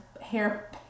hair